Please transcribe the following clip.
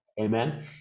Amen